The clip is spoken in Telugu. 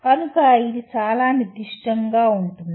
కనుక ఇది చాలా నిర్దిష్టంగా ఉంటుంది